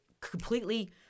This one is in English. completely